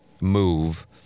move